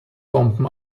bomben